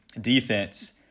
defense